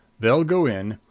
they'll go in.